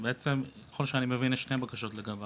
שבעצם ככל שאני מבין יש שתי בקשות לגביו.